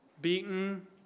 Beaten